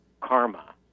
karma